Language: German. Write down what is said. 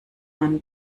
man